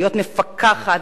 להיות מפקחת,